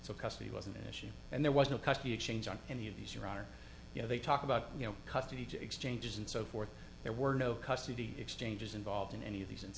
so custody wasn't an issue and there was no cost you change on any of these your honor you know they talk about you know custody to exchanges and so forth there were no custody exchanges involved in any of these